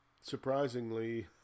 Surprisingly